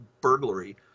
burglary